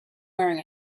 wearing